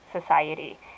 society